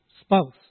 spouse